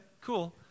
cool